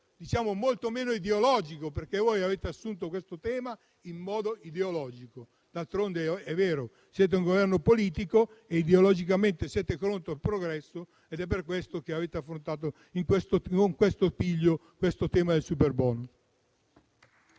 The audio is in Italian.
in modo molto meno ideologico. Voi avete assunto questo tema in modo ideologico. D'altronde, è vero: siete un Governo politico; ideologicamente siete contro il progresso ed è per questo che avete affrontato con questo piglio il tema del superbonus.